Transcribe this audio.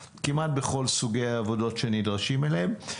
כמעט בכל סוגי העבודות שנדרשים אליהן?